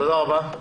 תודה שבאתם.